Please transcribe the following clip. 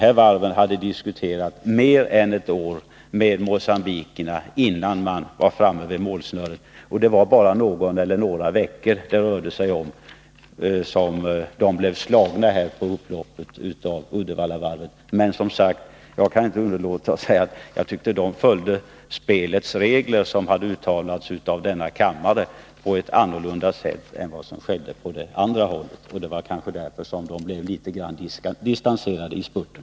De varv jag nämnt hade diskuterat med mogambikierna under mer än ett år innan de var framme vid målsnöret. Det rörde sig bara om någon eller några veckor innan det var klart, men i upploppet blev de slagna av Uddevallavarvet. Jag kan inte underlåta att säga att jag tyckte att de här varven följde spelets regler, såsom de hade uttalats av denna kammare, på ett bättre sätt än vad man gjorde från den andra sidan, och det var kanske därför de blev distanserade i spurten.